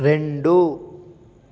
రెండు